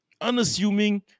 Unassuming